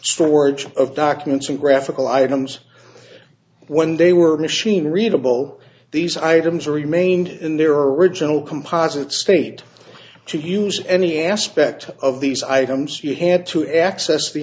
storage of documents and graphical items when they were machine readable these items remained in their original composite state to use any aspect of these items you had to access t